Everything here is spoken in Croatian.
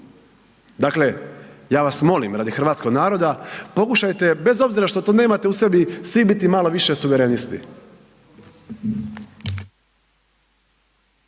Dakle, ja vas molim radi hrvatskog naroda pokušajte bez obzira što to nemate u sebi svi biti malo više suverenisti.